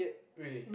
really